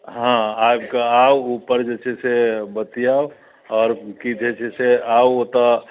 हँ आबि कऽ आउ ऊपर जे छै से बतियाउ आओर की जे छै से आउ ओत्तऽ